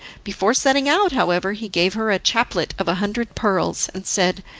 before setting out, however, he gave her a chaplet of a hundred pearls, and said,